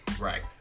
Right